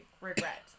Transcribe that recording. regret